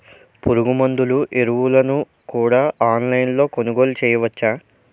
పురుగుమందులు ఎరువులను కూడా ఆన్లైన్ లొ కొనుగోలు చేయవచ్చా?